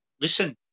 listen